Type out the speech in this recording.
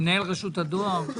מנהל רשות הדואר?